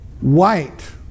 white